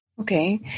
Okay